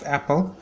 Apple